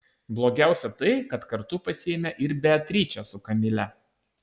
blogiausia tai kad kartu pasiėmė ir beatričę su kamile